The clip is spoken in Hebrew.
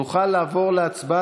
אני מברך אותך על התפקיד החדש.